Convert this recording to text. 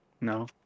No